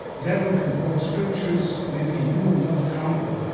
devil can quote scriptures, and if he knew enough talmud,